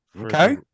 Okay